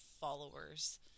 followers